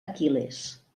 aquil·les